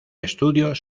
estudios